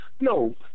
No